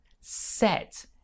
set